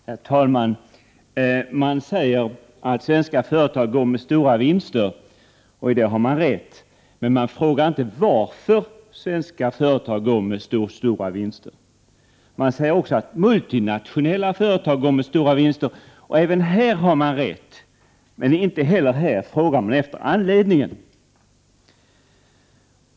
Herr talman! Man säger att svenska företag går med stora vinster. I det har man rätt. Men man frågar inte varför svenska företag går med så stora vinster. Man säger också att multinationella företag går med stora vinster, och även här har man rätt. Inte heller här frågar man dock efter anledningen.